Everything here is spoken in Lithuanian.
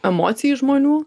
emocijai žmonių